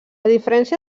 diferència